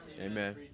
Amen